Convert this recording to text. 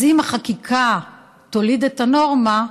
אז אם החקיקה תוליד את הנורמה,